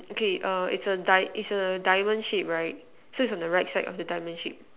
okay err it's a die it's a diamond shape right so it's on the right side of the diamond shape